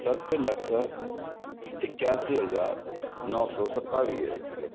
सत लख एकियासी हज़ार नौ सौ सतावीह